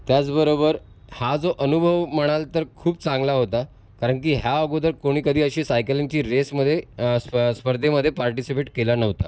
त्याचबरोबर हा जो अनुभव म्हणाल तर खूप चांगला होता कारण की ह्या अगोदर कोणी कधी अशी सायकलिंगची रेसमध्ये स्प स्पर्धेमध्ये पार्टिसिपेट केलं नव्हतं